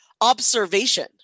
observation